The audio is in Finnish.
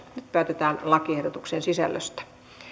nyt päätetään lakiehdotuksen sisällöstä